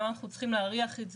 למה אנחנו צריכים להריח את זה?